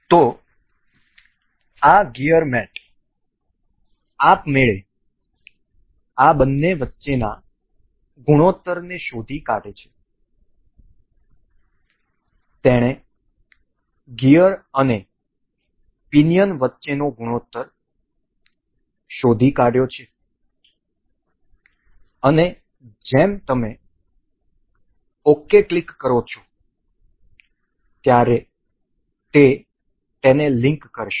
તેથી આ gear mate આપમેળે આ બંને વચ્ચેના ગુણોત્તરને શોધી કાઢે છે તેણે ગિયર અને પિનિયન વચ્ચેનો ગુણોત્તર શોધી કાઢ્યો છે અને જેમ તમે ok ક્લિક કરો છો ત્યારે તે તેને લિંક કરશે